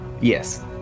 yes